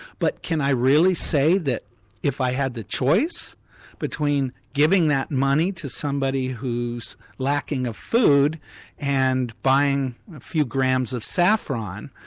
but can i really say that if i had the choice between giving that money to somebody who's lacking of food and buying a few grams of saffron,